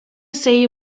say